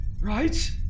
right